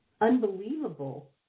unbelievable